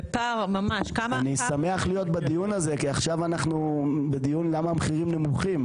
אני שמח להיות בדיון הזה כי עכשיו אנחנו בדיון למה המחירים נמוכים.